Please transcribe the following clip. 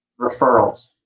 referrals